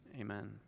Amen